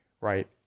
Right